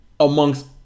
amongst